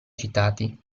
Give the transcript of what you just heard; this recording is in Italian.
citati